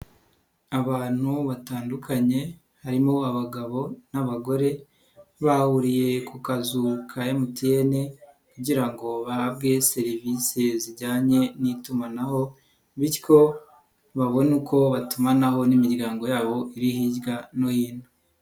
Abantu batandukanye harimo abagabo n'abagore, bahuriye ku kazu ka MTN kugira ngo bahabwe serivisi zijyanye n'itumanaho bityo babone uko batumanaho n'imiryango yabo iri hirya no hino.